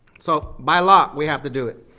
so, by law, we have to do it.